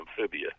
amphibia